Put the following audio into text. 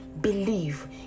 believe